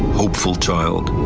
hopeful child,